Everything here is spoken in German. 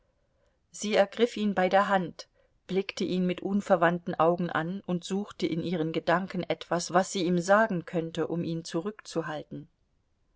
sie ergriff ihn bei der hand blickte ihn mit unverwandten augen an und suchte in ihren gedanken etwas was sie ihm sagen könnte um ihn zurückzuhalten